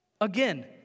Again